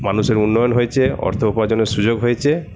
মানুষের উন্নয়ন হয়েছে অর্থ উপার্জনের সুযোগ হয়েছে